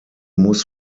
muss